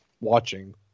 watching